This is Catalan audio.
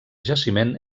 jaciment